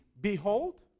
Behold